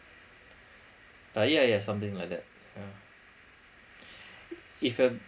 uh yeah yeah something like that uh if uh